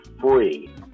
free